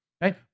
right